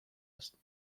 است